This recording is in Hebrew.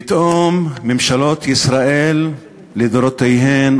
פתאום ממשלות ישראל לדורותיהן,